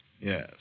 Yes